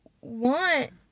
want